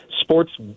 sports